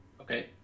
Okay